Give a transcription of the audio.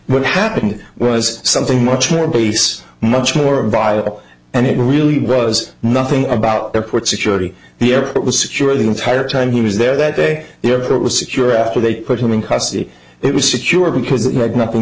what happened was something much more base much more viable and it really was nothing about airport security the airport was secure the entire time he was there that day the airport was secure after they put him in custody it was secure because it had nothing